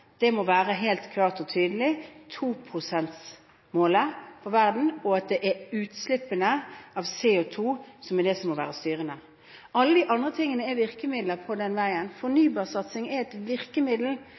må være helt klart og tydelig: toprosentsmålet for verden, og at det er utslippene av CO2 som er det som må være styrende. Alt det andre er virkemidler på den veien.